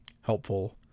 helpful